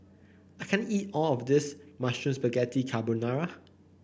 I can't eat all of this Mushroom Spaghetti Carbonara